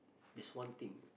this one thing